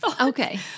Okay